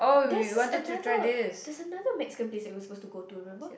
there's this another there's another Mexican place that we were supposed to go to remember